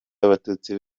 abatutsi